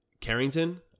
Carrington